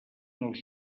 els